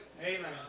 Amen